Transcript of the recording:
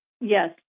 yes